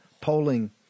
polling